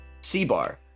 C-Bar